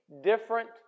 different